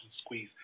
squeeze